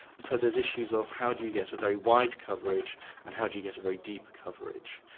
so there's issues of how do you get a very wide coverage and how do you get a very deep coverage,